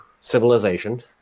Civilization